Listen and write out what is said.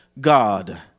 God